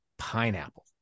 pineapple